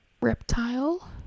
Reptile